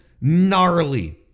gnarly